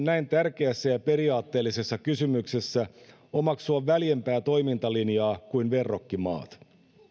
näin tärkeässä ja periaatteellisessa kysymyksessä omaksua väljempää toimintalinjaa kuin verrokkimaat